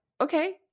Okay